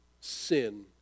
sin